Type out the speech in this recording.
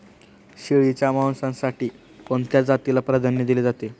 शेळीच्या मांसासाठी कोणत्या जातीला प्राधान्य दिले जाते?